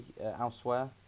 elsewhere